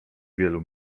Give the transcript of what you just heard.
wielu